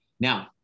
now